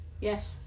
yes